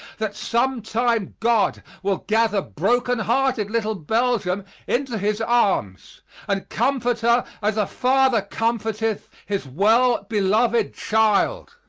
that some time god will gather broken-hearted little belgium into his arms and comfort her as a father comforteth his well-beloved child.